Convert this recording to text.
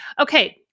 okay